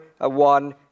one